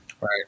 Right